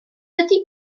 ydi